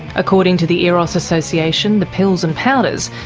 according to the eros association, the pills and powders,